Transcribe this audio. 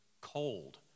cold